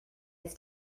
its